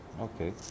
Okay